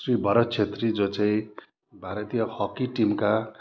श्री भरत छेत्री जो चाहिँ भारतीय हकी टिमका